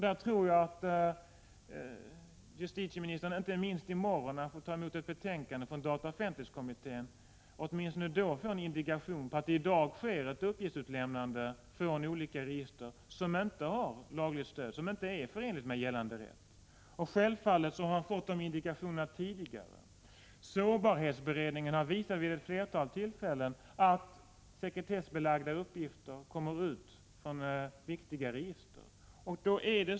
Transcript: Jag tror att justitieministern — inte minst i morgon, när han får ta emot ett betänkande från dataoch offentlighetskommittén — får en indikation på att det i dag sker ett uppgiftsutlämnande från olika register som inte har lagligt stöd och som inte är förenligt med gällande rätt. Självfallet har han fått dessa indikationer tidigare. Sårbarhetsberedningen har vid ett flertal tillfällen visat att sekretessbelagda uppgifter kommer ut från viktiga register.